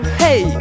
hey